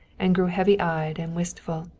and grew heavy-eyed and wistful.